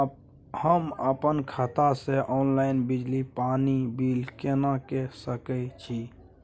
हम अपन खाता से ऑनलाइन बिजली पानी बिल केना के सकै छी?